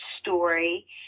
story